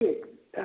ठीक